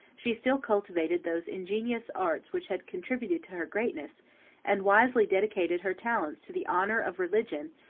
she still cultivated those ingenuous arts which had contributed to her greatness and wisely dedicated her talents to the honor of religion,